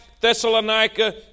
Thessalonica